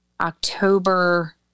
October